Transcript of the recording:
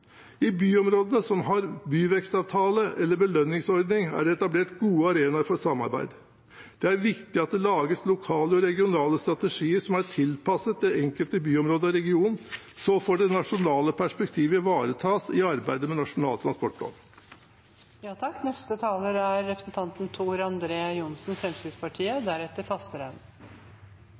i øvrige deler av landet. I byområdene som har byvekstavtale eller belønningsordning, er det etablert gode arenaer for samarbeid. Det er viktig at det lages lokale og regionale strategier som er tilpasset det enkelte byområde og den enkelte region. Så får det nasjonale perspektivet ivaretas i arbeidet med Nasjonal transportplan.